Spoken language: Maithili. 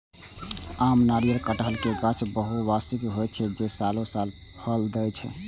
आम, नारियल, कहटर के गाछ बहुवार्षिक होइ छै, जे सालों साल फल दै छै